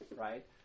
right